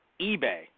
eBay